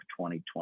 2020